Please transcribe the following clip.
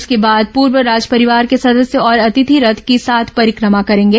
इसके बाद पूर्व राजपरिवार के सदस्य और अतिथि रथ की सात परिक्रमा करेंगे